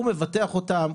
הוא מבטח אותם,